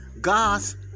God's